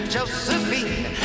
Josephine